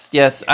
yes